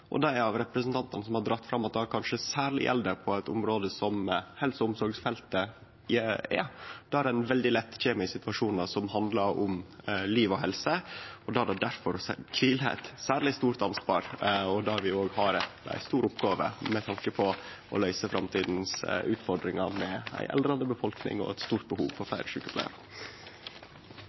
ansvar, og dei av representantane som har dratt fram at det kanskje særleg gjeld for helse- og omsorgsfeltet, der ein veldig lett kjem i situasjonar som handlar om liv og helse, og at det difor ligg eit særleg stort ansvar. Der har vi òg ei stor oppgåve med tanke på å løyse framtidas utfordringar med ei aldrande befolkning og eit stort behov for fleire sjukepleiarar.